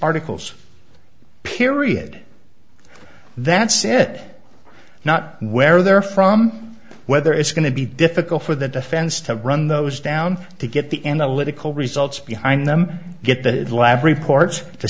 articles period that's it not where they're from whether it's going to be difficult for the defense to run those down to get the end a little results behind them get the lab reports to